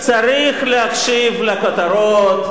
צריך להקשיב לכותרות,